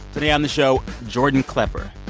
today on the show jordan klepper.